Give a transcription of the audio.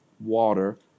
water